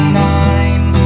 nine